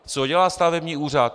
Co dělá stavební úřad?